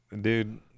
Dude